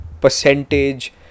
percentage